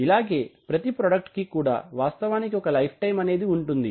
ఇలాగే ప్రతి ప్రాడక్ట్ కి కూడా వాస్తవానికి ఒక లైఫ్ టైమ్ అనేది ఉంటుంది